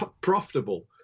profitable